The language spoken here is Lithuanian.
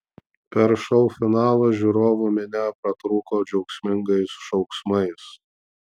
per šou finalą žiūrovų minia pratrūko džiaugsmingais šauksmais